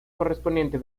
correspondiente